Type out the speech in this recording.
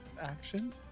Action